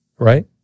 Right